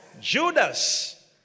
Judas